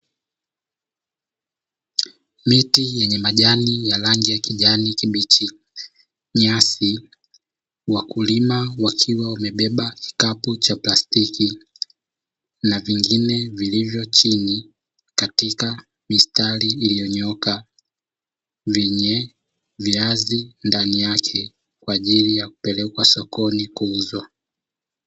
Miti yenye majani ya rangi ya kijani kibichi, nyasi, wakulima wakiwa wamebeba kikapu cha plastiki na vingine vikiwa chini katika mistari iliyonyooka vyenye viazi ndani yake kwa ajili ya kupelekwa sokoni kuuzwa.